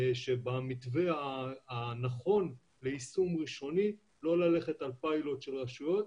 שבמתווה הנכון ליישום ראשוני לא ללכת על פיילוט של רשויות,